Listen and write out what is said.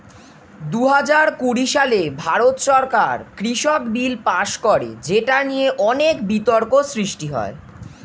দুহাজার কুড়ি সালে ভারত সরকার কৃষক বিল পাস করে যেটা নিয়ে অনেক বিতর্ক সৃষ্টি হয়